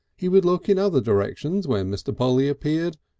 he would look in other directions when mr. polly appeared,